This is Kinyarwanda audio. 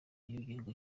b’igihugu